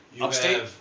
upstate